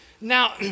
Now